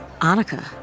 Annika